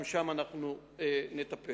גם שם אנחנו נטפל.